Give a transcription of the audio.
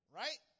right